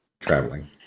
traveling